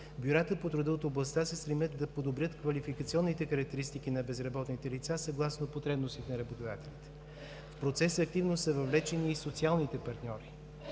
бюрата по труда от областта се стремят да подобрят квалификационните характеристики на безработните лица съгласно потребностите на работодателите. В процеса активно са въвлечени и социалните партньори.